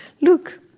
look